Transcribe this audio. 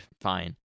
fine